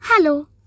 Hello